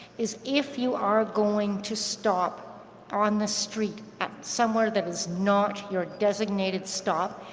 is if you are going to stop on the street, somewhere that is not your designated stop,